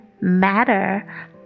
matter